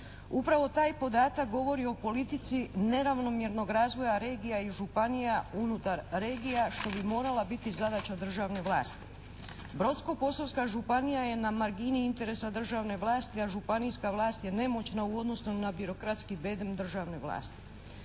Upravo taj podatak govori o politici neravnomjernog razvoja regija i županija unutar regija, što bi morala biti zadaća državne vlasti. Brodsko-posavska županija je na margini interesa državne vlasti, a županijska vlast je nemoćna u odnosu na birokratski bedem državne vlasti.